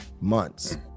months